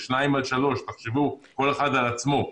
זה שני מטר על שלושה מטר תחשבו כל אחד על עצמו.